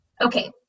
Okay